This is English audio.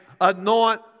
anoint